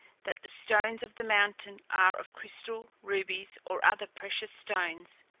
that the stones of the mountain are of crystal, rubies, or other precious stones.